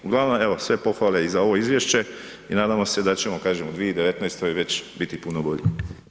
Uglavnom, evo, sve pohvale i za ovo izvješće i nadamo se da ćemo, kažem u 2019. već biti puno bolji.